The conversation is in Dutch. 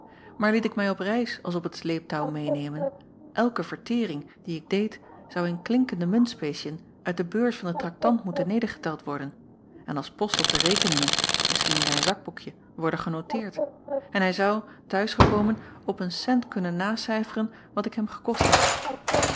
aar liet ik mij op reis als op t sleeptouw meênemen elke vertering die ik deed zou in klinkende muntspeciën uit de beurs van den traktant moeten nedergeteld worden en als acob van ennep laasje evenster delen post op de rekeningen misschien in zijn zakboekje worden genoteerd en hij zou t huis gekomen op een cent kunnen nacijferen wat ik hem gekost had